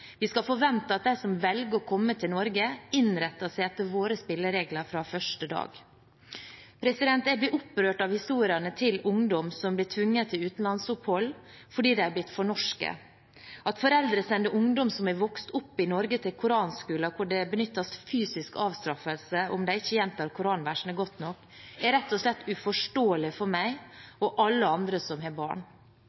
Vi skal forvente at de som velger å komme til Norge, innretter seg etter våre spilleregler fra første dag. Jeg blir opprørt av historiene til ungdom som blir tvunget til utenlandsopphold fordi de er blitt for norske. At foreldre sender ungdom som har vokst opp i Norge, til koranskoler hvor det benyttes fysisk avstraffelse om de ikke gjentar koranversene godt nok, er rett og slett uforståelig for meg